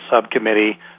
Subcommittee